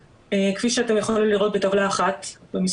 כפי שאתם יכולים לראות בטבלה 1 במסמך,